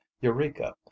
Eureka